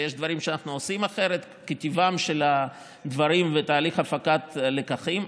ויש דברים שאנחנו עושים אחרת כטיבם של דברים ותהליך הפקת לקחים,